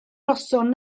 noson